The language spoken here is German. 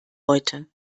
heute